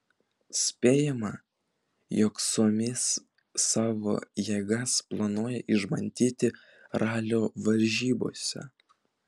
spėjama jog suomis savo jėgas planuoja išbandyti ralio varžybose